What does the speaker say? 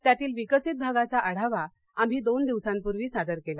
त्यातील विकसित भागाचा आढावा आम्ही दोन दिवसांपूर्वी सादर केला